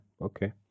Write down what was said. Okay